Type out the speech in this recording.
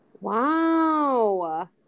Wow